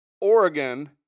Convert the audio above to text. Oregon